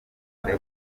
dore